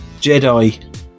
Jedi